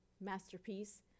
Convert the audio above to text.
masterpiece